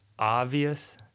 obvious